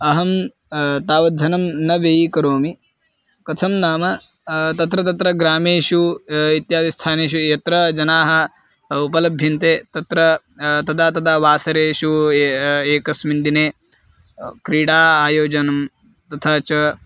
अहं तावद्धनं न व्ययीकरोमि कथं नाम तत्र तत्र ग्रामेषु इत्यादिस्थानेषु यत्र जनाः उपलभ्यन्ते तत्र तदा तदा वासरेषु एकस्मिन् दिने क्रीडायाः आयोजनं तथा च